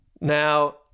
Now